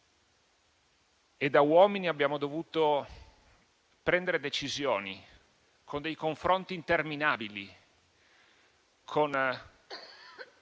Da uomini abbiamo dovuto prendere decisioni con dei confronti interminabili, con